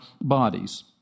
bodies